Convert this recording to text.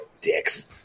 Dicks